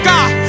God